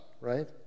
right